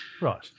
Right